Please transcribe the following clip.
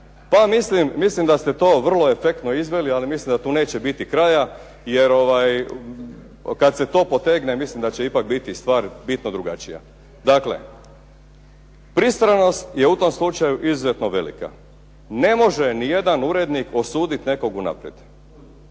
mislim da ste to vrlo efektno izveli ali mislim da tu neće biti kraja, jer kada se to potegne mislim da će ipak stvar biti bitno drugačija. Dakle, pristranost je u tom slučaju izuzetno velika. Ne može nijedan urednik osuditi nekoga unaprijed.